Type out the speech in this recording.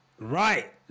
Right